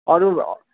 अरू